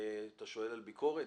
אתה שואל על ביקורת,